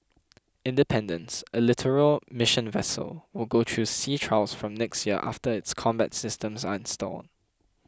independence a littoral mission vessel will go through sea trials from next year after its combat systems are installed